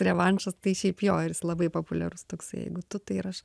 revanšas tai šiaip jo ir jis labai populiarus toksai jeigu tu tai ir aš